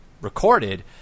recorded